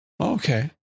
Okay